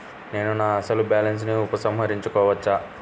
నేను నా అసలు బాలన్స్ ని ఉపసంహరించుకోవచ్చా?